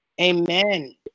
amen